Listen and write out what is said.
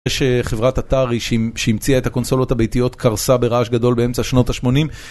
יש חברת אטארי שהמציאה את הקונסולות הביתיות קרסה ברעש גדול באמצע שנות ה-80.